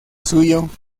suyo